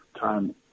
time